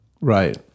Right